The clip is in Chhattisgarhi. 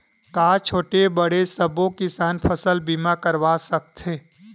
का छोटे बड़े सबो किसान फसल बीमा करवा सकथे?